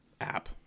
app